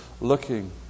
looking